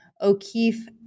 O'Keefe